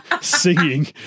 singing